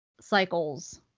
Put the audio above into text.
cycles